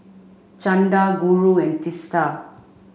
Chanda Guru and Teesta